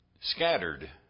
scattered